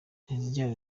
nteziryayo